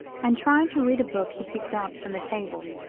and tried to read a book he picked up from the table,